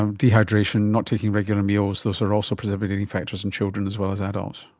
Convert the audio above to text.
ah dehydration, not taking regular meals, those are also presumably factors in children as well as adults.